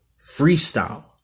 freestyle